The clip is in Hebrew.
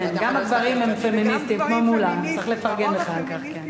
את יכולה להסתכל על קדימה.